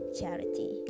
charity